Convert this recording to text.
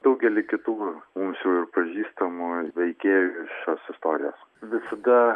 daugelį kitų mums jau ir pažįstamų ir veikėjų iš šios istorijos visada